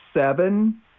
seven